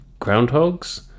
groundhogs